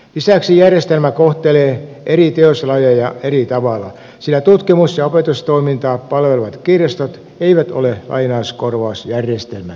lisäksi järjestelmä kohtelee eri teoslajeja eri tavalla sillä tutkimus ja opetustoimintaa palvelevat kirjastot eivät ole lainauskorvausjärjestelmän piirissä